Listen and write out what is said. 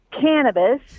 cannabis